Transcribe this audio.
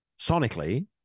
sonically